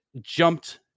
jumped